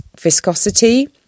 viscosity